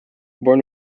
born